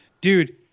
Dude